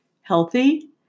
healthy